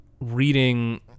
reading